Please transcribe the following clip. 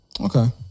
okay